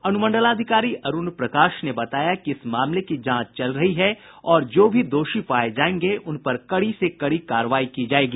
अनुमंडलाधिकारी अरूण प्रकाश ने बताया कि इस मामले की जांच चल रही है और जो भी दोषी पाये जायेंगे उन पर कड़ी से कड़ी कार्रवाई की जायेगी